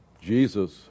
Jesus